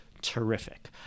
terrific